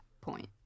point